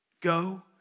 Go